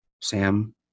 Sam